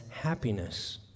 happiness